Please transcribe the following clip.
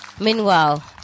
Meanwhile